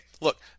look